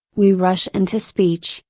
we rush into speech,